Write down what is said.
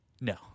No